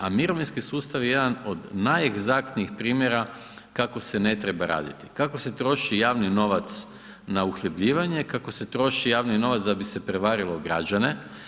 A mirovinski sustav je jedan od najegzaktnijih primjera kako se ne treba raditi, kako se troši javni novac na uhljebljivanje, kako se troši javni novac da bi se prevarilo građane.